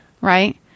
right